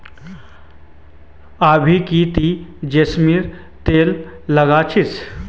आभा की ती जैस्मिनेर तेल लगा छि